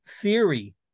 theory